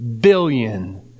billion